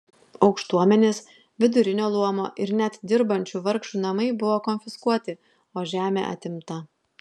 aukštuomenės vidurinio luomo ir net dirbančių vargšų namai buvo konfiskuoti o žemė atimta